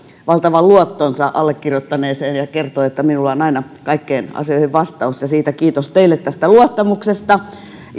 valtavan luottonsa allekirjoittaneeseen ja kertoi että minulla on aina kaikkiin asioihin vastaus kiitos teille tästä luottamuksesta